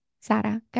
sarah